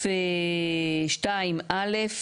(א)(2)(א),